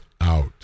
out